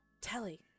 Telly